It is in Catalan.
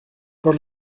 per